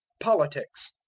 politics.